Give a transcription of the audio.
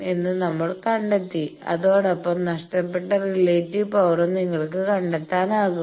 എന്ന് നമ്മൾ കണ്ടെത്തി അതോടൊപ്പം നഷ്ടപ്പെട്ട റിലേറ്റീവ് പവറും നിങ്ങൾക്ക് കണ്ടെത്താനാകും